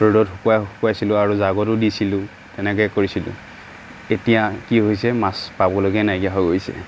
ৰ'দত শুকোৱাই শুকোৱাইছিলোঁ আৰু জাগতো দিছিলোঁ তেনেকে কৰিছিলোঁ এতিয়া কি হৈছে মাছ পাবলৈকে নাইকিয়া হৈ গৈছে